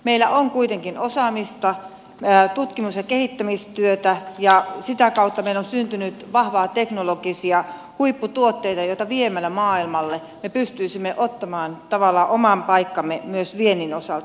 meillä on kuitenkin osaamista tutkimus ja kehittämistyötä ja sitä kautta meillä on syntynyt vahvoja teknologisia huipputuotteita joita maailmalle viemällä me pystyisimme ottamaan tavallaan oman paikkamme myös viennin osalta